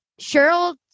Cheryl